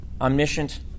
omniscient